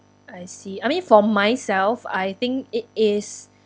I see I mean for myself I think it is